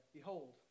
Behold